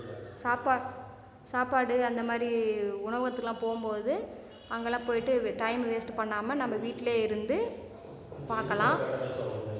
சாப்பா சாப்பாடு அந்தமாதிரி உணவகத்துக்குலாம் போகும்போது அங்கெல்லாம் போயிட்டு டைம் வேஸ்ட்டு பண்ணாமல் நம்ம வீட்டில் இருந்து பார்க்கலாம்